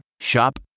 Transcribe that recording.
Shop